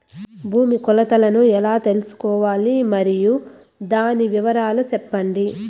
భూమి కొలతలను ఎలా తెల్సుకోవాలి? మరియు దాని వివరాలు సెప్పండి?